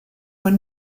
were